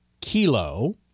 Kilo